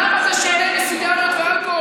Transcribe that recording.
למה זה שונה מסיגריות ואלכוהול?